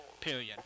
period